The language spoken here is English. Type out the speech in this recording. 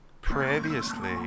Previously